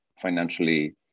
financially